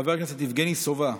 חבר הכנסת יבגני סובה,